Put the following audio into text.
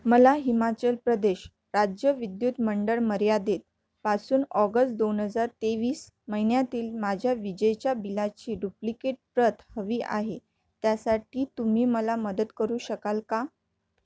मला हिमाचल प्रदेश राज्य विद्युत मंडळ मर्यादित पासून ऑगस्ट दोन हजार तेवीस महिन्यातील माझ्या विजेच्या बिलाची डुप्लिकेट प्रत हवी आहे त्यासाठी तुम्ही मला मदत करू शकाल का